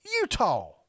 Utah